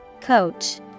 Coach